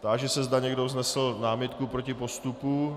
Táži se, zda někdo vznáší námitku proti postupu.